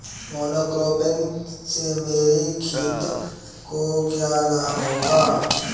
Monocropping से मेरी खेत को क्या लाभ होगा?